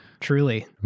Truly